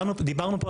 דיברנו פה,